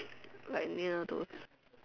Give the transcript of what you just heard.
like near those